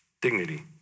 dignity